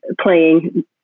playing